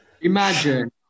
imagine